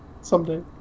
Someday